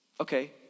Okay